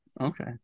okay